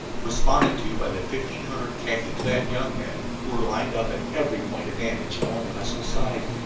responded to by the fifteen hundred khaki-clad young men who were lined up at every point of vantage along the vessel's side.